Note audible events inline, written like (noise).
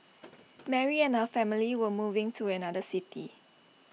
(noise) Mary and her family were moving to another city